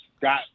got